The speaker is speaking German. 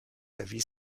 erwies